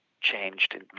changed